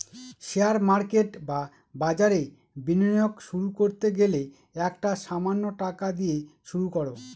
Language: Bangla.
শেয়ার মার্কেট বা বাজারে বিনিয়োগ শুরু করতে গেলে একটা সামান্য টাকা দিয়ে শুরু করো